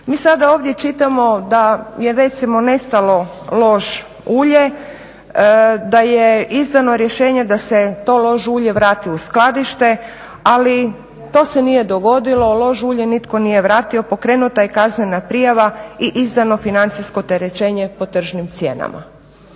Mi sada ovdje čitamo da je recimo nestalo lož ulje, da je izdano rješenje da se to lož ulje vrati u skladište, ali to se nije dogodilo, lož ulje nitko nije vratio, pokrenuta je kaznena prijava i izdano financijsko terećenje po tržnim cijenama.